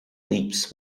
leaps